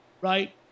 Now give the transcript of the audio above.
right